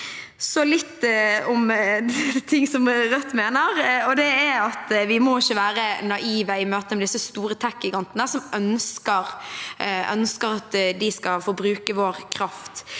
litt om noe Rødt mener: Vi må ikke være naive i møte med disse store tekgigantene som ønsker at de skal få bruke vår kraft.